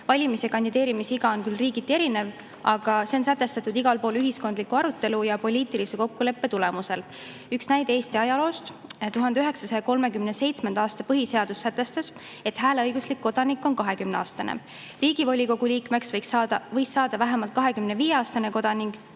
Valimis- ja kandideerimisiga on riigiti küll erinev, aga see on sätestatud igal pool ühiskondliku arutelu ja poliitilise kokkuleppe tulemusel. Üks näide Eesti ajaloost. 1937. aasta põhiseadus sätestas, et hääleõiguslik kodanik on 20-aastane. Riigivolikogu liikmeks võis saada vähemalt 25-aastane kodanik